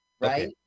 right